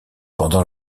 pendant